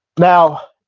now,